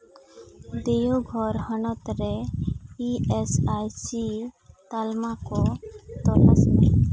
ᱫᱮᱣᱜᱷᱚᱨ ᱦᱚᱱᱚᱛ ᱨᱮ E S I C ᱛᱟᱞᱢᱟ ᱠᱚ ᱛᱚᱞᱟᱥ ᱢᱮ